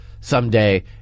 someday